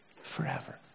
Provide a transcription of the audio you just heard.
forever